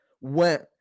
went